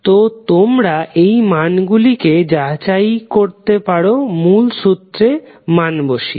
তো তোমরা এই মানগুলিকে যাচাই করতে পারো মূল সূত্রে মান বসিয়ে